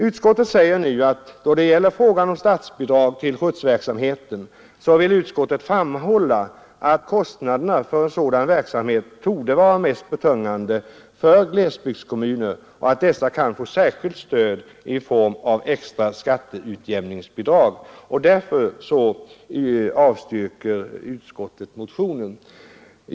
Utskottet framhåller då det gäller frågan om statsbidrag till skjutsverksamhet att kostnaderna för sådan verksamhet torde vara mest betungande för glesbygdskommuner och att dessa kan få särskilt stöd i form av extra skatteutjämningsbidrag. Utskottet avstyrker därför motionen.